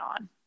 on